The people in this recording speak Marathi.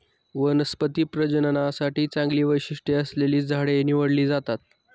वनस्पती प्रजननासाठी चांगली वैशिष्ट्ये असलेली झाडे निवडली जातात